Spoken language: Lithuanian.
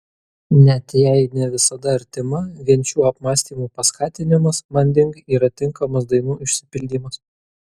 net jei ne visada artima vien šių apmąstymų paskatinimas manding yra tinkamas dainų išsipildymas